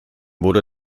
wurde